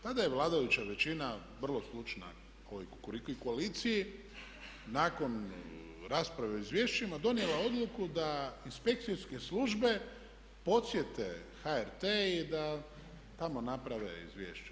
Tada je vladajuća većina vrlo slična ovoj kukuriku koaliciji nakon rasprave o izvješćima donijela odluku da inspekcijske službe podsjete HRT i da tamo naprave izvješća.